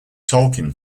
tolkien